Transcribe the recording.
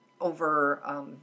over